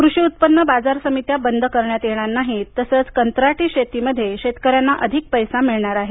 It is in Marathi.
कृषी उत्पन्न बाजार समित्या बंद करण्यात येणार नाहीत तसंच कंत्राटी शेतीमध्ये शेतकऱ्यांना अधिक पैसा मिळणार आहे